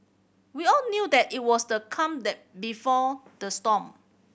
we all knew that it was the calm the before the storm